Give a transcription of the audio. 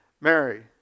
Mary